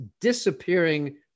disappearing